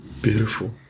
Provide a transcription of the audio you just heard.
beautiful